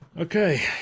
Okay